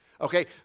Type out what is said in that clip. Okay